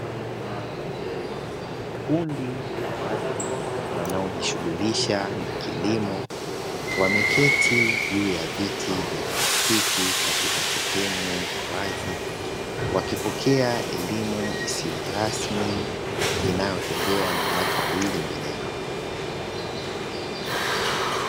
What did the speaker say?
Kundi la watu wanaojishughulisha na kilimo wameketi katika viti vya plastiki katika sehemu ya wazi wakipokea elimu isiyo rasmi inayotolewa na watu wawili mbele yao.